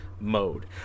mode